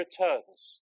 returns